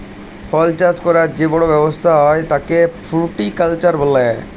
ফল চাষ ক্যরার যে বড় ব্যবসা হ্যয় তাকে ফ্রুটিকালচার বলে